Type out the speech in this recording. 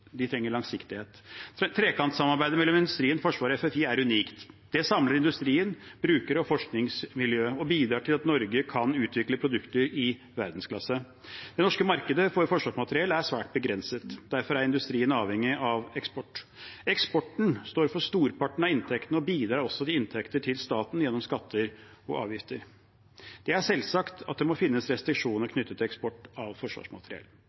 de utvikler. De trenger langsiktighet. Trekantsamarbeidet mellom industrien, Forsvaret og FFI er unikt. Det samler industrien, brukere og forskningsmiljøet og bidrar til at Norge kan utvikle produkter i verdensklasse. Det norske markedet for forsvarsmateriell er svært begrenset. Derfor er industrien avhengig av eksport. Eksporten står for storparten av inntektene og bidrar også til inntekter til staten gjennom skatter og avgifter. Det er selvsagt at det må finnes restriksjoner knyttet til eksport av forsvarsmateriell.